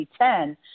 2010